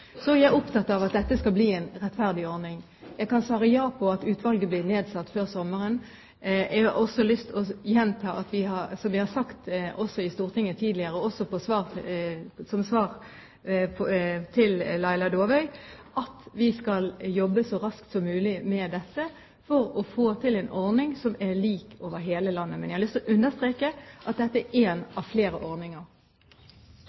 Så er jeg opptatt av at dette skal bli en rettferdig ordning. Jeg kan svare ja på at utvalget blir nedsatt før sommeren. Jeg har også lyst til å gjenta, som jeg har sagt i Stortinget tidligere, også som svar til Laila Dåvøy, at vi skal jobbe så raskt som mulig med dette for å få til en ordning som er lik over hele landet. Jeg har lyst til å understreke at dette er